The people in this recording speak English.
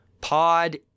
Pod